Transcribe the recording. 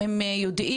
לא מנכים להם,